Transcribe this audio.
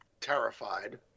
terrified